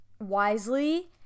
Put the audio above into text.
wisely